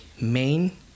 main